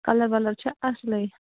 colour Wular چھےٚ اَصلے